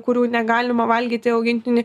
kurių negalima valgyti augintiniui